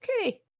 Okay